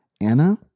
Anna